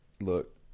look